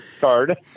card